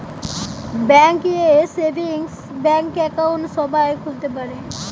bank এ savings bank account সবাই খুলতে পারে